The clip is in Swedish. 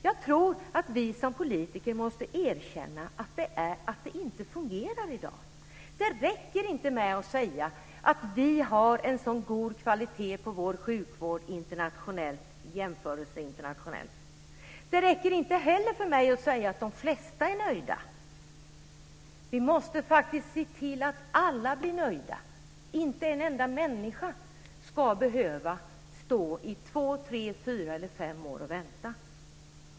Jag tror att vi som politiker måste erkänna att det inte fungerar i dag. Det räcker inte med att säga att vi har en god kvalitet på vår sjukvård i en internationell jämförelse. Det räcker inte heller för mig att säga att de flesta är nöjda. Vi måste faktiskt se till att alla blir nöjda. Inte en enda människa ska behöva vänta i två, tre, fyra eller fem år.